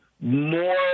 more